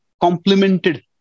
complemented